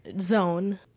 zone